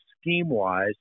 scheme-wise